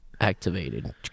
Activated